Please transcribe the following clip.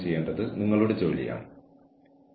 മയക്കുമരുന്ന് ഉപയോഗിക്കുന്നത് ശരിയാണെന്ന് ഞാൻ പറയുന്നില്ല